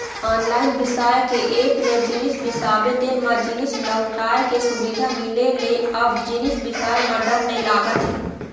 online बिसाए के app ले जिनिस बिसाबे तेन म जिनिस लहुटाय के सुबिधा मिले ले अब जिनिस बिसाए म डर नइ लागत हे